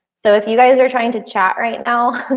so if you guys are trying to chat right now,